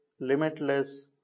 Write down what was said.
limitless